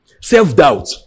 Self-doubt